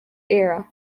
era